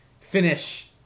finish